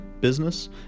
business